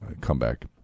Comeback